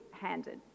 handed